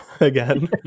again